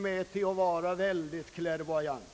Det är till att vara väldigt klärvoajant.